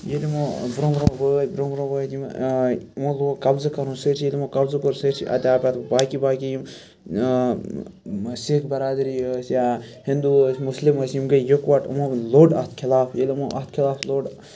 ییٚلہِ یِمو برونٛہہ برونٛہہ وٲتۍ برونٛہہ برونٛہہ وٲتۍ یِمو لوگ قبضہٕ کَرُن سٲرسٕے ییٚلہِ یِمو قبضہٕ کوٚر سٲرسٕے چھِ ادٕ آو پَتہٕ باقٕے باقٕے یِم سِکھ بَرادٔری ٲسۍ یا ہِندوٗ ٲسۍ مُسلِم ٲسۍ یِم گٔے یِکوٹ یِمو لوٚڑ اتھ خلاف ییٚلہِ یِمو اَتھ خلاف لوٚڑ